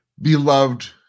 Beloved